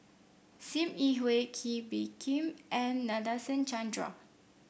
Sim Yi Hui Kee Bee Khim and Nadasen Chandra